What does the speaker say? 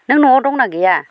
नोंं न'आव दंना गैया